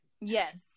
Yes